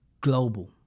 global